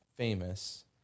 famous